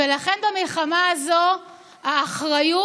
ולכן, במלחמה הזאת האחריות